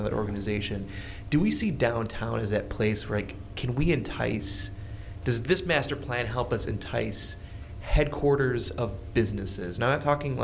that organization do we see downtown is that place rick can we entice does this master plan help us entice headquarters of businesses not talking